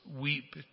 weep